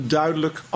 duidelijk